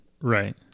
right